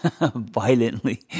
violently